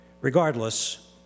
Regardless